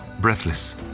Breathless